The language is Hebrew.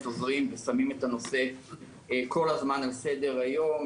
עוזרים ושמים את הנושא כל הזמן על סדר היום.